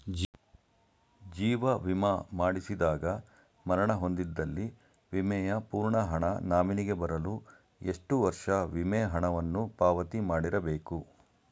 ಜೀವ ವಿಮಾ ಮಾಡಿಸಿದಾಗ ಮರಣ ಹೊಂದಿದ್ದಲ್ಲಿ ವಿಮೆಯ ಪೂರ್ಣ ಹಣ ನಾಮಿನಿಗೆ ಬರಲು ಎಷ್ಟು ವರ್ಷ ವಿಮೆ ಹಣವನ್ನು ಪಾವತಿ ಮಾಡಿರಬೇಕು?